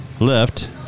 left